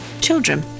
children